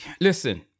Listen